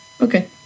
Okay